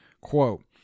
quote